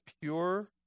pure